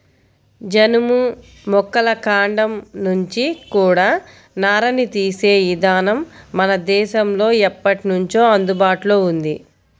జనుము మొక్కల కాండం నుంచి కూడా నారని తీసే ఇదానం మన దేశంలో ఎప్పట్నుంచో అందుబాటులో ఉంది